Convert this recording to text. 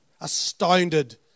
Astounded